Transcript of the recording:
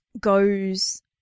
goes